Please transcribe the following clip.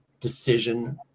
decision